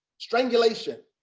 strangulation,